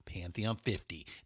pantheon50